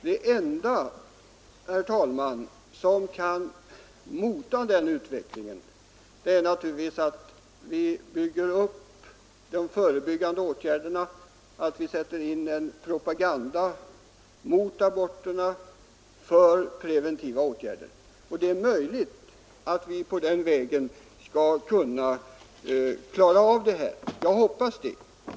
Det enda, herr talman, som kan mota en sådan utveckling är naturligtvis att vi bygger upp de förebyggande åtgärderna, att vi sätter in propaganda mot aborterna för preventiva åtgärder. Det är möjligt att vi på den vägen skall kunna klara av det här problemet. Jag hoppas det.